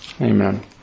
Amen